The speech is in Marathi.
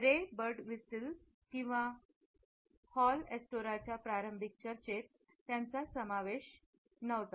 रे बर्डविस्टल किंवा हॉल एस्टेराच्या प्रारंभिक चर्चेत त्यांचा समावेश नव्हता